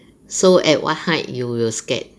so at what height you will scared